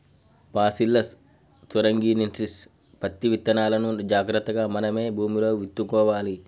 bacillus thuringiensis పత్తి విత్తనాలును జాగ్రత్తగా మనమే భూమిలో విత్తుకోవాలి